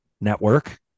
Network